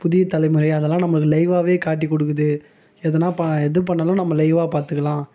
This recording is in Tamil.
புதிய தலைமுறை அதெல்லாம் நம்மளுக்கு லைவாகவே காட்டி கொடுக்குது எதனால் பா இது பண்ணாலும் நம்ம லைவாக பார்த்துக்கலாம்